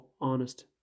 honest